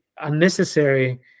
unnecessary